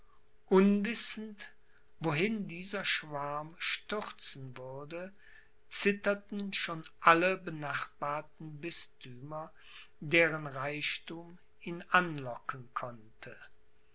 unwissend wohin dieser schwarm stürzen würde zitterten schon alle benachbarten bisthümer deren reichthum ihn anlocken konnte